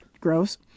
Gross